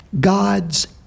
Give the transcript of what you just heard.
God's